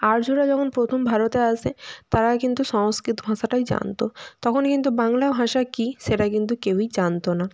আর্যরা যখন প্রথম ভারতে আসে তারা কিন্তু সংস্কৃত ভাষাটাই জানতো তখন কিন্তু বাংলা ভাষা কি সেটা কিন্তু কেউই জানতো না